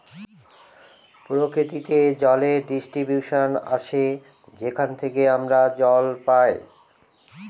প্রকৃতিতে জলের ডিস্ট্রিবিউশন আসে যেখান থেকে আমরা জল পাই